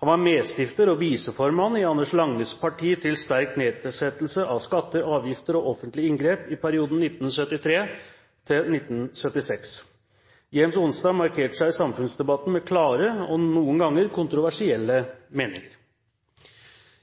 Han var medstifter og viseformann i Anders Langes Parti til sterk nedsettelse av skatter, avgifter og offentlige inngrep i perioden 1973–1976. Gjems-Onstad markerte seg i samfunnsdebatten med klare og noen ganger kontroversielle meninger.